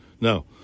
No